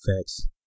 Facts